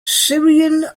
syrian